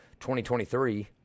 2023